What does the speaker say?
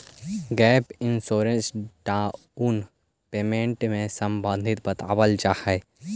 gap insurance down payment से संबंधित बतावल जाऽ हई